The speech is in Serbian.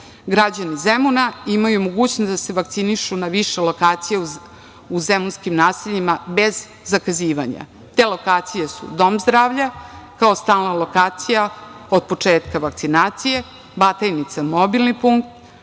Građani Zemuna imaju mogućnost da se vakcinišu na više lokacija u zemunskim naseljima bez zakazivanja. Te lokacije su dom zdravlja, kao stalna lokacija od početka vakcinacije, Batajnica mobilni punkt,